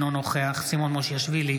אינו נוכח סימון מושיאשוילי,